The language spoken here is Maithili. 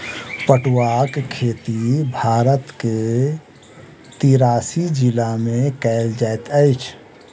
पटुआक खेती भारत के तिरासी जिला में कयल जाइत अछि